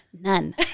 None